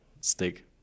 stick